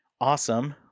Awesome